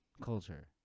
Culture